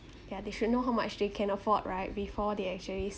yeah they should know how much they can afford right before they actually